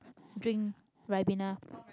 drink ribena